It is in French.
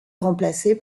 remplacé